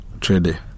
Trade